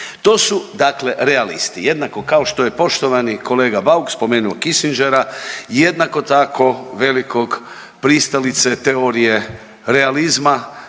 To su dakle, realisti jednako kao što je kolega Bauk spomenuo Kissingera jednako tako velikog pristalice teorije realizma